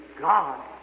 God